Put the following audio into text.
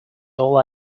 all